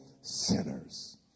sinners